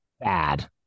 bad